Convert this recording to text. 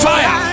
Fire